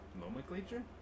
Nomenclature